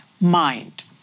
mind